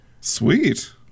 Sweet